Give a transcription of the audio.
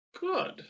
good